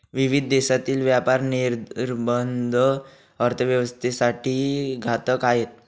विविध देशांतील व्यापार निर्बंध अर्थव्यवस्थेसाठी घातक आहेत